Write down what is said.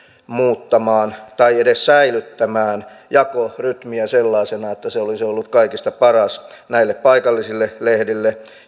muuttamaan tai edes säilyttämään jakorytmiä sellaisena että se olisi ollut kaikista paras näille paikallisille lehdille